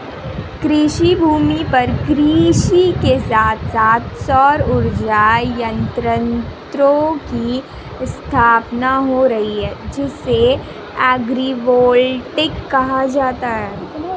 कृषिभूमि पर कृषि के साथ साथ सौर उर्जा संयंत्रों की स्थापना हो रही है जिसे एग्रिवोल्टिक कहा जाता है